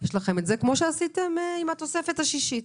כמו שעשיתם עם התוספת השישית.